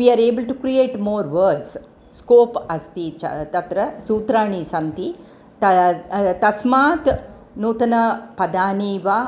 V are able to create more words scope अस्ति च तत्र सूत्राणि सन्ति त तस्मात् नूतन पदानि वा